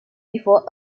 before